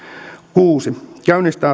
kuusi käynnistää